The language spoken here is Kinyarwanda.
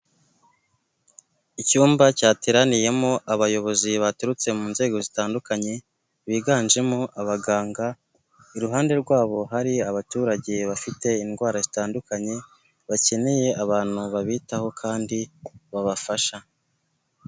Icyumba cyateraniyemo abayobozi baturutse mu nzego zitandukanye biganjemo abaganga iruhande rwabo hari abaturage bafite indwara zitandukanye bakeneye abantu babitaho kandi babafasha.